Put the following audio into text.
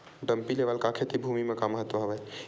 Dumpy level का खेती भुमि म का महत्व हावे?